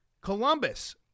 Columbus